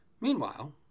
Meanwhile